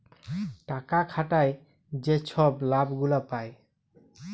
টাকা খাটায় যে ছব লাভ গুলা পায়